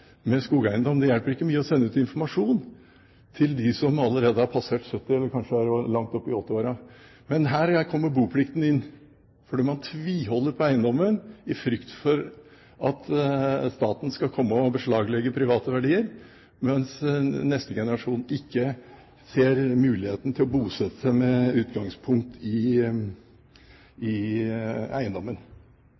med skogeiendom. Det hjelper ikke mye å sende ut informasjon til dem som allerede har passert 70, eller kanskje er langt oppe i 80-årene. Her kommer boplikten inn, for man tviholder på eiendommen i frykt for at staten skal komme og beslaglegge private verdier, mens neste generasjon ikke ser det som mulig å bosette seg med utgangspunkt i